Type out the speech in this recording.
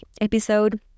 episode